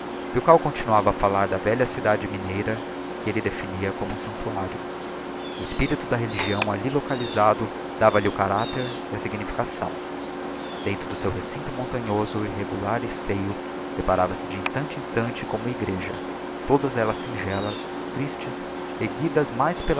morte milkau continuava a falar da velha cidade mineira que elle definia como um sanctuario o espirito da religião alli local isado dava-lhe o caracter e a significação dentro do seu recinto montanhoso irregular e feio deparava se de instante em instante com uma egreja todas ellas singelas tristes erguidas mais